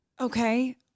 Okay